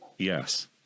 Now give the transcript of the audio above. Yes